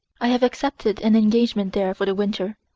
i have accepted an engagement there for the winter.